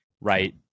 Right